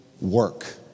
work